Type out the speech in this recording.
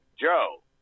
Joe